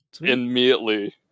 Immediately